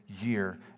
year